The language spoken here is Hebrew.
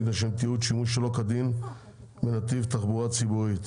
לשם תיעוד שימוש שלא כדין בנתיב תחבורה ציבורית),